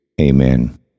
Amen